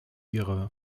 ihre